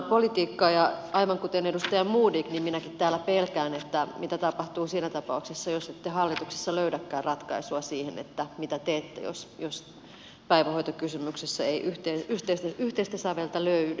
ja aivan kuten edustaja modig niin minäkin täällä pelkään mitä tapahtuu siinä tapauksessa jos ette hallituksessa löydäkään ratkaisua siihen mitä teette jos päivähoitokysymyksessä ei yhteistä säveltä löydy